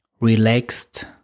relaxed